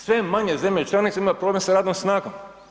Sve je manje zemlja članica imaju problem sa radnom snagom.